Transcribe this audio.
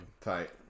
Tight